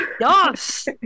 yes